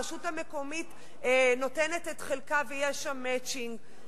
הרשות המקומית נותנת את חלקה ויש שם "מצ'ינג",